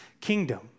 kingdom